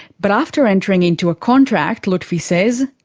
but after entering into a contract, lutfi says,